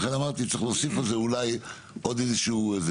לכן אמרתי שצריך להוסיף על זה אולי עוד איזה משהו.